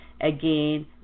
Again